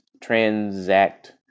transact